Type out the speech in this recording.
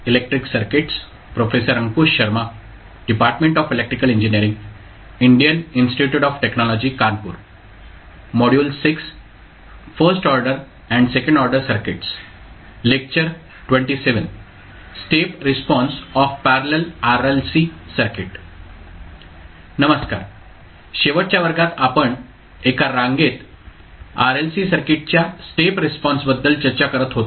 नमस्कार शेवटच्या वर्गात आपण एका रांगेत RLC सर्किटच्या स्टेप रिस्पॉन्सबद्दल चर्चा करत होतो